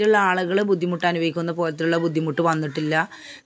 മറ്റുള്ള ആളുകൾ ബുദ്ധിമുട്ടനുഭവിക്കുന്ന പോലത്തുള്ള ബുദ്ധിമുട്ട് വന്നിട്ടില്ല